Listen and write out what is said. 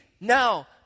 Now